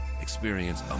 Experience